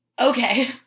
Okay